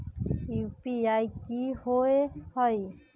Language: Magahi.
यू.पी.आई कि होअ हई?